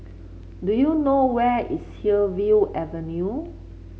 do you know where is Hillview Avenue